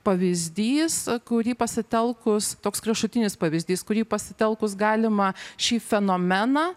pavyzdys kurį pasitelkus toks kraštutinis pavyzdys kurį pasitelkus galima šį fenomeną